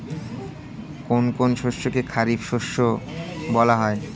কোন কোন শস্যকে খারিফ শস্য বলা হয়?